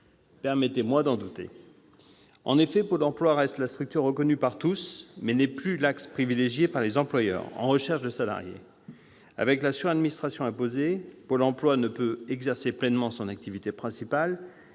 Permettez-moi d'en douter ... Si Pôle emploi reste la structure reconnue par tous, ce n'est plus l'axe privilégié par les employeurs en recherche de salariés. Avec la sur-administration imposée, Pôle emploi ne peut exercer pleinement son activité principale